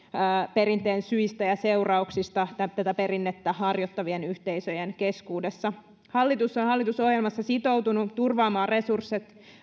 perinteen syistä ja seurauksista tätä perinnettä harjoittavien yhteisöjen keskuudessa hallitus on hallitusohjelmassaan sitoutunut turvaamaan resurssit